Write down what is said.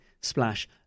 Splash